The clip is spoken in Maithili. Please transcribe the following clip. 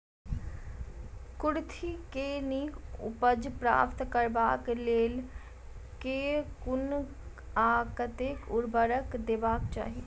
कुर्थी केँ नीक उपज प्राप्त करबाक लेल केँ कुन आ कतेक उर्वरक देबाक चाहि?